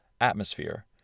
atmosphere